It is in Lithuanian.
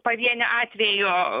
pavieniu atveju